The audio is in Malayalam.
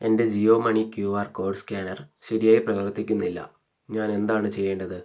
എൻ്റെ Jio money Q R code scanner ശരിയായി പ്രവർത്തിക്കുന്നില്ല ഞാൻ എന്താണ് ചെയ്യേണ്ടത്